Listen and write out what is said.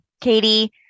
Katie